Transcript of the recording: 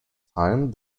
time